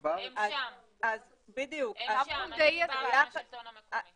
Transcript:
נכון, אפשר, אנחנו דיברנו עם השלטון המקומי.